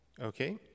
Okay